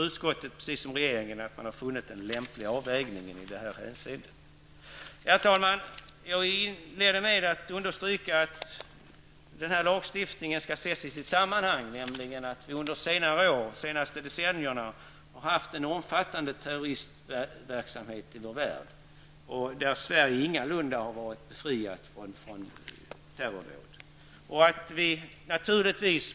Utskottet, precis som regeringen, anser därmed att man har funnit en lämplig avvägning i detta hänseende. Herr talman! Jag inledde med att understryka att denna lagstiftning skall ses i sitt sammanhang, nämligen att vi under de senaste decennierna i vår värld har haft en omfattande terroristverksamhet och att Sverige ingalunda har varit befriat från terrordåd.